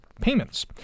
Payments